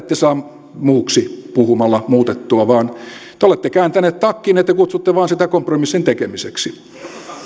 ette saa muuksi puhumalla muutettua vaan te olette kääntäneet takkinne te kutsutte vain sitä kompromissin tekemiseksi